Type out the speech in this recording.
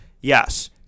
Yes